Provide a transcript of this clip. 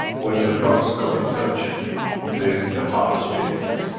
when the crops come in touch they, the harvest changes.